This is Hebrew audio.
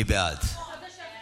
סעיפים